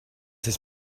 his